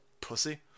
Pussy